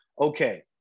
okay